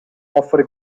offre